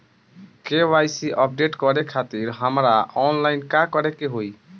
KYC update करे खातिर हमरा ऑनलाइन का करे के होई?